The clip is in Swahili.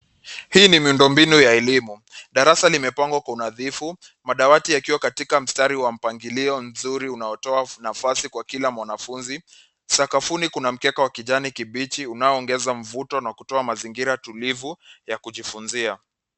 Hii ni miundo mbinu ya elimu. Darasa limepangwa kwa unadhifu. Madawati yakiwa katika mstari wa mpangilio mzuri unaotoa nafasi kwa kila mwanafuzi. Sakafuni kuna mkeka wa kijani kibichi unaoongeza mvuto na kutoa mazingira tulivu ya kujifunzia.